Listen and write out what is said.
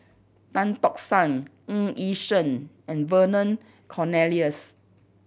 Tan Tock San Ng Yi Sheng and Vernon Cornelius